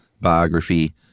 biography